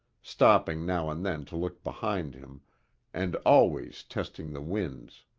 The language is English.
stopping now and then to look behind him and always testing the winds.